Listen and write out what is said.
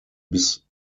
bis